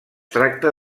tracta